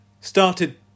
started